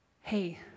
hey